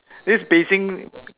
this Beijing